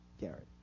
Garrett